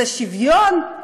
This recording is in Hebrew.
זה שוויון.